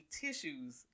tissues